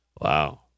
Wow